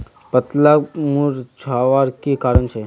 पत्ताला मुरझ्वार की कारण छे?